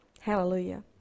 Hallelujah